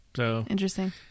Interesting